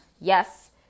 yes